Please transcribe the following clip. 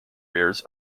careers